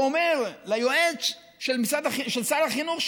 שאומר ליועץ של שר החינוך,